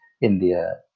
India